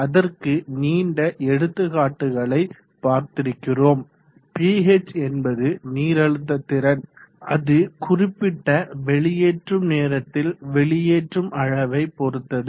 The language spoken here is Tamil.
அதற்கு நீண்ட எடுத்துக்காட்டுகளை பார்த்திருக்கிறோம் Ph என்பது நீரழுத்த திறன் அது குறிப்பிட்ட வெளியேற்றும் நேரத்தில் வெளியேற்றும் அளவை பொறுத்தது